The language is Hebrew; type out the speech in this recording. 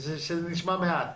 זה נשמע מעט.